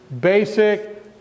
basic